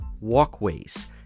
walkways